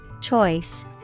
Choice